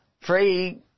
Free